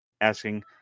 asking